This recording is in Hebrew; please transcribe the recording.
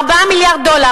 4 מיליארדי דולר.